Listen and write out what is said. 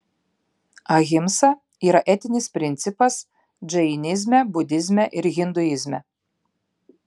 ahimsa yra etinis principas džainizme budizme ir hinduizme